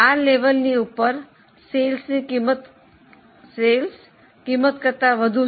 આ સ્તરની ઉપર વેચાણ કિંમત કરતાં વધુ છે